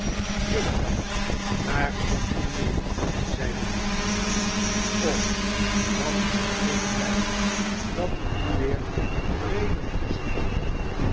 juffrouw daar komt mijnheer zeide miggs och wat ben ik blij dat er nu weer vrede tusschen man